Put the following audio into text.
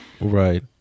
Right